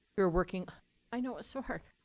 you're working i know, it's so hard.